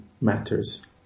matters